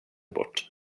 bort